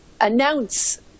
announce